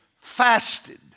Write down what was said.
fasted